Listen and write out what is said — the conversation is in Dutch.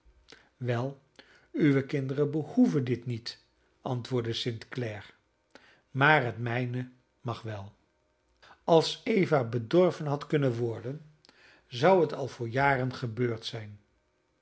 wel uwe kinderen behoeven dit niet antwoordde st clare maar het mijne mag wel als eva bedorven had kunnen worden zou het al voor jaren gebeurd zijn